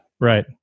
Right